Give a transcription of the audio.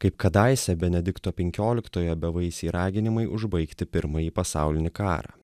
kaip kadaise benedikto penkioliktojo bevaisiai raginimai užbaigti pirmąjį pasaulinį karą